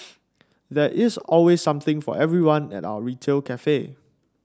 there is always something for everyone at our retail cafe